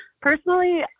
personally